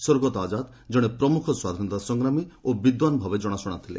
ସ୍ୱର୍ଗତ ଆଜାଦ୍ ଜଣେ ପ୍ରମୁଖ ସ୍ୱାଧୀନତା ସଂଗ୍ରାମୀ ଓ ବିଦ୍ୱାନ ଭାବେ ଜଣାଶୁଣା ଥିଲେ